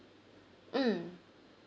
mm